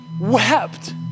wept